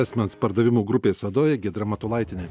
asmens pardavimų grupės vadovė giedra matulaitienė